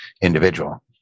individual